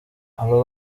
aba